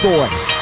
Boys